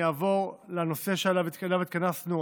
אני אעבור לנושא שלשמו התכנסנו,